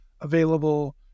available